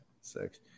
six